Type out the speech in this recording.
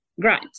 great